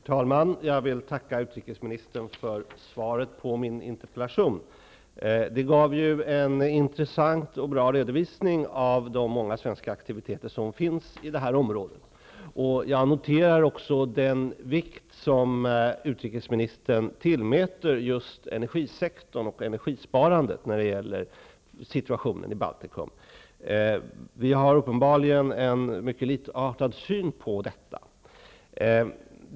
Herr talman! Jag vill tacka utrikesministern för svaret på min interpellation. Det gav en intressant och bra redovisning av de många svenska aktiviteter som finns i det här området. Jag noterar också att utrikesministern tillmäter energisektorn och energisparandet stor vikt när det gäller situationen i Baltikum. Vi delar uppenbarligen en mycket likartad syn på detta.